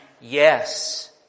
Yes